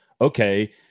okay